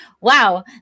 wow